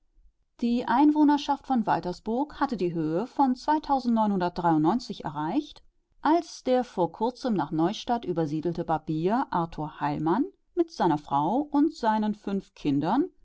die einwohnerschaft von waltersburg hatte die höhe von erreicht als der vor kurzem nach neustadt übersiedelte barbier arthur heilmann mit seiner frau und seinen fünf kindern